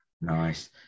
Nice